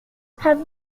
have